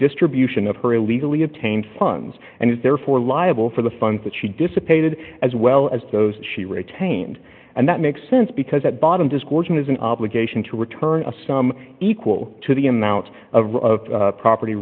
distribution of her illegally obtained funds and is therefore liable for the funds that she dissipated as well as those she retained and that makes sense because at bottom disgorging has an obligation to return a sum equal to the amount of property